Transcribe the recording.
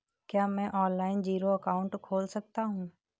क्या मैं online zero account खोल सकता हूँ?